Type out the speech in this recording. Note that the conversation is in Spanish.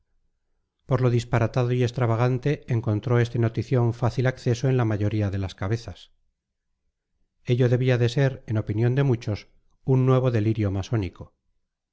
por lo disparatado y extravagante encontró este notición fácil acceso en la mayoría de las cabezas ello debía de ser en opinión de muchos un nuevo delirio masónico